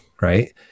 right